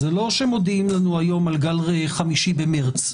זה לא שמודיעים לנו היום על גל חמישי שיהיה במרס,